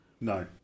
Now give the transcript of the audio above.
No